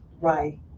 right